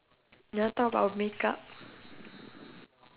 I thought you say we talk about the free talk topic prompts